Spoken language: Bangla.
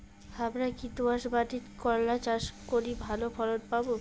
হামরা কি দোয়াস মাতিট করলা চাষ করি ভালো ফলন পামু?